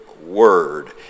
word